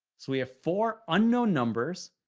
so we have four unknown numbers,